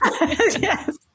Yes